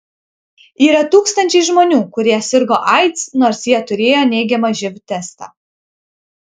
yra tūkstančiai žmonių kurie sirgo aids nors jie turėjo neigiamą živ testą